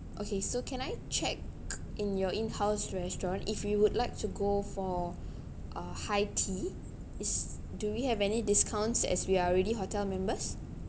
okay so can I check in your in-house restaurant if we would like to go for a high tea is do we have any discounts as we are already hotel members